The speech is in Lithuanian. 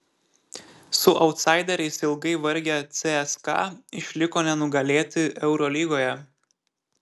su autsaideriais ilgai vargę cska išliko nenugalėti eurolygoje